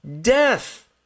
death